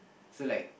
so like